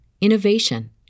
innovation